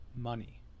money